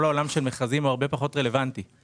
כל עולם המכרזים הוא הרבה פחות רלוונטי כאן.